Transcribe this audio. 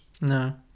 no